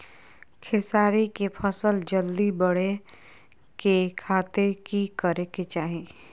खेसारी के फसल जल्दी बड़े के खातिर की करे के चाही?